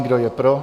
Kdo je pro?